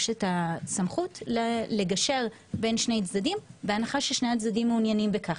יש את הסמכות לגשר בין שני צדדים בהנחה ששני הצדדים מעוניינים בכך.